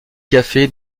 café